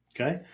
okay